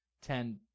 ten